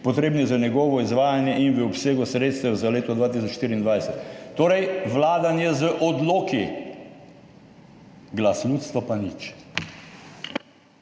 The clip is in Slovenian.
potrebnih za njegovo izvajanje, in v obsegu sredstev za leto 2024. Torej, vladanje z odloki, glas ljudstva pa nič.